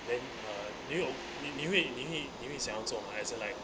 then uh 你有你你会你会想这样做 mah as in like